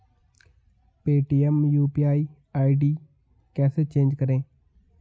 Paytm UPI ID कैसे change करें?